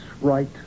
right